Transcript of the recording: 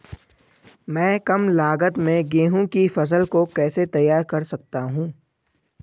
मैं कम लागत में गेहूँ की फसल को कैसे तैयार कर सकता हूँ?